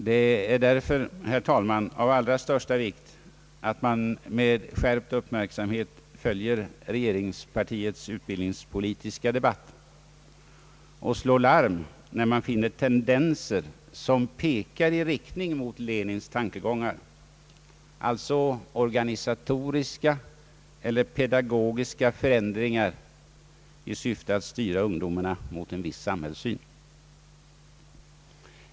Det är därför, herr talman, av allra största vikt att man med skärpt uppmärksamhet följer regerings partiets utbildningspolitiska debatt och slår larm om man finner att tendenserna pekar mot Lenins tankegångar, dvs. organisatoriska eller pedagogiska förändringar i syfte att styra ungdomarna mot en viss samhällssyn.